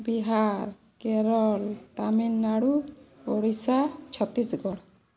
Bihar Kerala Tamil Nadu Odisha Chhattisgarh